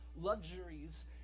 luxuries